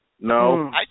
No